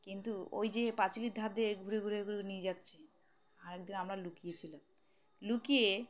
কিন্তু ওই যে পাঁচিলের ধার দিয়ে ঘুরে ঘুরে ঘুরে নিয়ে যাচ্ছে আরেকদিন আমরা লুকিয়েছিলাম লুকিয়ে